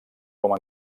com